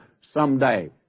someday